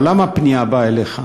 אבל למה הפנייה באה אליך?